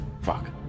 Fuck